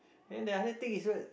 and the other thing is right